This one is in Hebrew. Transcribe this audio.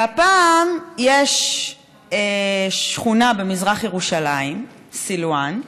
והפעם יש שכונה במזרח ירושלים, סלוואן,